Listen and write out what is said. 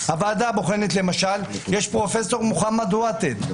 בוועדה הבוחנת חבר למשל פרופסור מוחמד ותד,